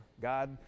God